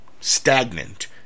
stagnant